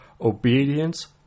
obedience